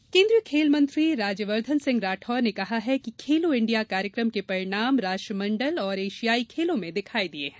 खेलमंत्री केन्द्रीय खेल मंत्री राज्यवर्धन सिंह राठौड़ ने कहा है कि खेलो इंडिया कार्यक्रम के परिणाम राष्ट्रमंडल और एशियाई खेलों में दिखाई दिये हैं